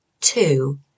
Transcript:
Two